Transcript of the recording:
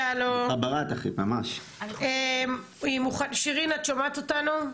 אני שומעת את הדיון.